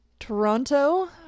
Toronto